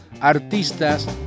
artistas